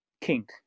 kink